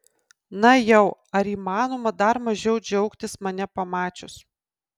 na jau ar įmanoma dar mažiau džiaugtis mane pamačius